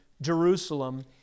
Jerusalem